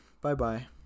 bye-bye